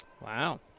Wow